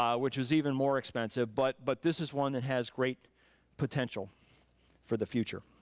um which was even more expensive but but this is one that has great potential for the future.